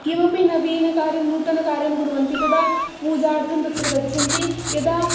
किमपि नवीनकार्यं नूतनकार्यं कुर्वन्ति तदा पूजार्थं तत्र गच्छन्ति यदा